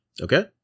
Okay